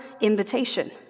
invitation